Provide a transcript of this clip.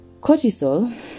Cortisol